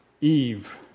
Eve